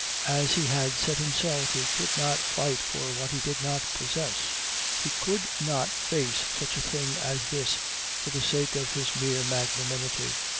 as he had said himself he could not fight for what he did not possess he could not face such a thing as this for the sake of his mere magnanimity.